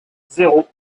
zéro